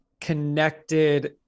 connected